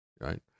right